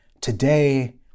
today